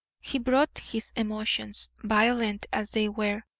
he brought his emotions, violent as they were,